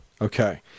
Okay